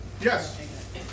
Yes